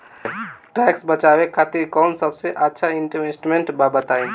Tax बचावे खातिर कऊन सबसे अच्छा इन्वेस्टमेंट बा बताई?